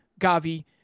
Gavi